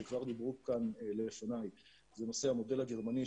שכבר דיברו כאן לפניי זה נושא המודל הגרמני,